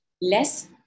less